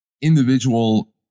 individual